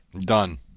Done